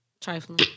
Trifling